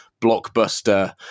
blockbuster